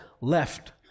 left